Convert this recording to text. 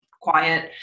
quiet